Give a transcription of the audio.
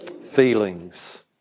feelings